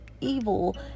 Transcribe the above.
evil